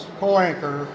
co-anchor